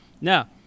now